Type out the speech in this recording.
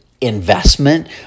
investment